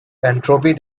entropy